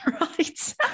right